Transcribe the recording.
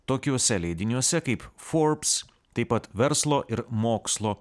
tokiuose leidiniuose kaip forbs taip pat verslo ir mokslo